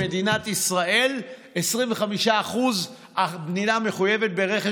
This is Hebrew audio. במדינת ישראל 25% המדינה מחויבת ברכש